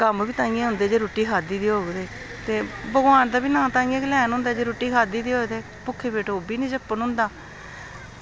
कम्म बी तां गै होंदे जे रुट्टी खाद्धी दी होग ते भगवान दा नाम बी तां गै लैन होंदा जे रुट्टी खाद्धी दी होग ते भुक्खे ओह्बी निं जप्पन होंदा ते